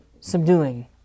Subduing